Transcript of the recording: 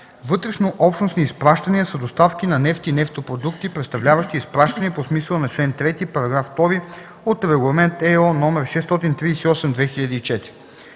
„Вътрешнообщностни изпращания” са доставки на нефт и нефтопродукти, представляващи изпращания по смисъла на чл. 3, § 2 от Регламент (ЕО) № 638/2004.